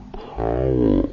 power